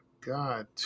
God